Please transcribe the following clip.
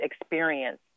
experience